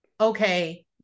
okay